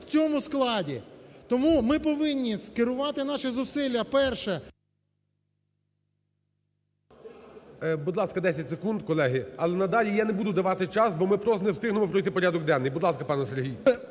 в цьому складі. Тому ми повинні скерувати наші зусилля, перше… ГОЛОВУЮЧИЙ. Будь ласка, 10 секунд. Колеги, але надалі я не буду давати час, бо ми просто не встигнемо пройти порядок денний. Будь ласка, пане Сергій.